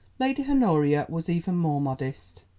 lady honoria was even more modest.